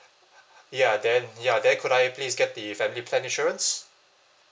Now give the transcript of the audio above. ya then ya then could I please get the family plan insurance